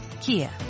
Kia